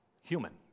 human